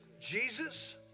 Jesus